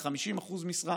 ב-50% משרה,